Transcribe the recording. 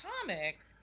comics